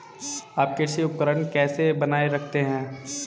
आप कृषि उपकरण कैसे बनाए रखते हैं?